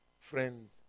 Friends